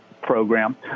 program